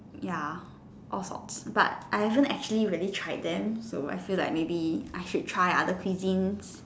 ya all forks but I haven't actually really tried them so I feel like maybe I should try other cuisines